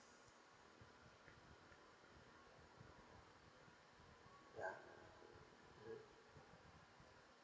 ya mmhmm